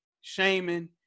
shaming